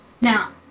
Now